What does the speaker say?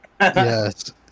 Yes